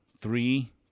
Three